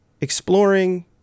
exploring